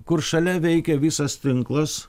kur šalia veikia visas tinklas